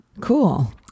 Cool